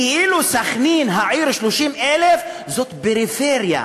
כאילו סח'נין, עיר של 30,000, זאת פריפריה.